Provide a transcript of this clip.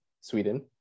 Sweden